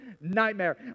nightmare